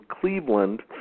Cleveland